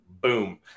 Boom